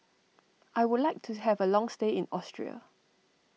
I would like to have a long stay in Austria